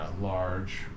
Large